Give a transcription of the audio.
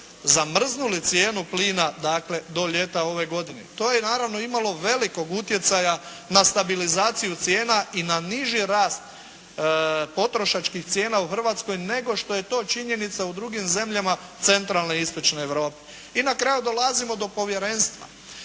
zamrznuli cijenu plina dakle do ljeta ove godine. To je naravno imalo velikog utjecaja na stabilizaciju cijena i na niži rast potrošačkih cijena u Hrvatskoj nego što je to činjenica u drugim zemljama centralne i istočne Europe. I na kraju dolazimo do povjerenstva.